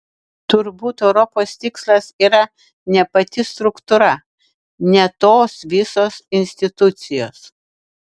turbūt europos tikslas yra ne pati struktūra ne tos visos institucijos